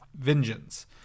vengeance